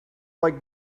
like